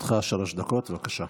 לרשותך שלוש דקות, בבקשה.